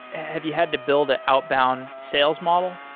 have you had to build an outbound sales model?